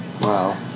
Wow